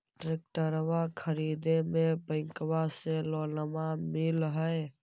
ट्रैक्टरबा खरीदे मे बैंकबा से लोंबा मिल है?